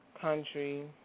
country